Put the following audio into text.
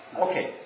Okay